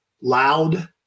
loud